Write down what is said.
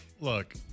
Look